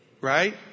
right